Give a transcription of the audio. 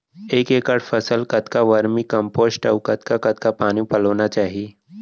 एक एकड़ फसल कतका वर्मीकम्पोस्ट अऊ कतका कतका पानी पलोना चाही?